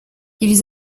ils